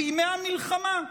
בימי המלחמה,